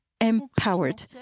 empowered